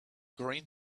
green